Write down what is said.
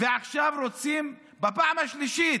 ועכשיו רוצים, בפעם השלישית,